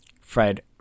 Fred